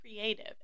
creative